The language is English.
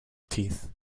teeth